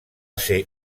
ser